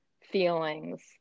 feelings